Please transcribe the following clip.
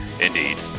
Indeed